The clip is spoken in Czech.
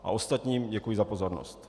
Ostatním děkuji za pozornost.